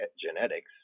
genetics